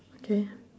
okay